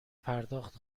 پرداخت